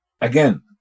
Again